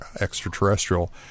extraterrestrial